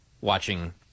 Watching